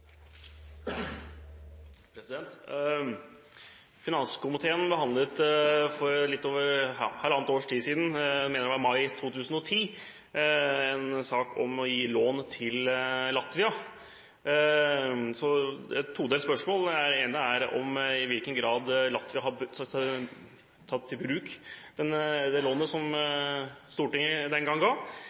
Finanskomiteen behandlet for halvannet års tid siden – jeg mener det var i mai 2010 – en sak om å gi lån til Latvia. Jeg har et todelt spørsmål: I hvilken grad har Latvia tatt i bruk det lånet som Stortinget den gang ga